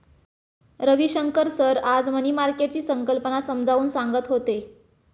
Ravishankar sir आज money मार्केटची संकल्पना समजावून सांगत होते